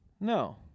No